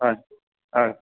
হয় হয়